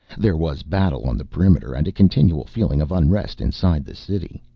there was battle on the perimeter and a continual feeling of unrest inside the city.